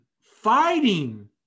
fighting